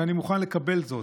ואני מוכן לקבל זאת,